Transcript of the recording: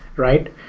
right?